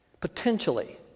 potentially